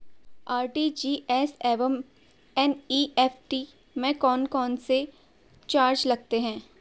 RTGS एवं NEFT में कौन कौनसे चार्ज लगते हैं?